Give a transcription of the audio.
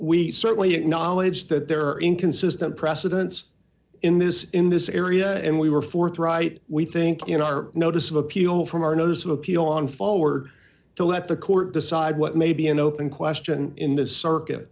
we certainly acknowledge that there are inconsistent precedents in this in this area and we were forthright we think in our notice of appeal from arnos of appeal on forward to let the court decide what may be an open question in the circuit